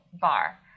bar